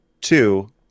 Two